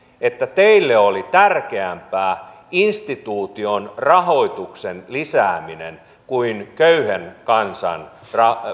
että teille oli tärkeämpää instituution rahoituksen lisääminen kuin köyhän kansan